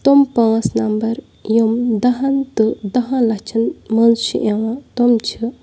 تِم پانٛژھ نَمبَر یِم دَہَن تہٕ دَہَن لَچھَن مَنٛز چھِ یِوان تِم چھِ